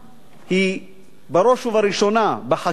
היא בראש ובראשונה בחקיקה,